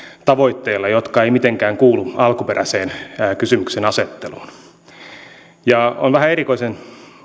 tavoitteilla jotka eivät mitenkään kuulu alkuperäiseen kysymyksenasetteluun olen vähän erikoisen